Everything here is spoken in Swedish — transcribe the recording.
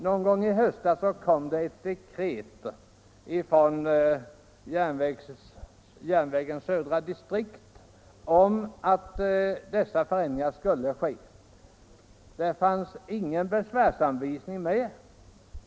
Någon gång i höstas kom det ett dekret ifrån södra distriktet om att dessa förändringar skulle ske. Ingen besvärsanvisning fanns med.